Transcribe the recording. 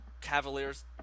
Cavaliers